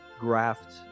graft